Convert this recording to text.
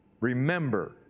Remember